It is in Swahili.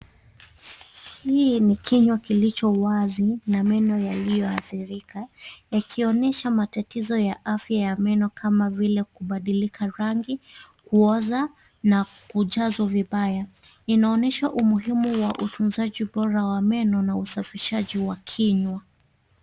Hii ni kinywa kilichowazi na meno yalioadhirika ikonyesha matatizo ya afya ya meno kama vile kubadilika rangi kuoza na kuchazo vibaya inaonyesha umuhimu wa utunzaji bora wa meno na usafishaji wa kinywa.